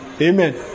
Amen